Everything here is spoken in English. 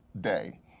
Day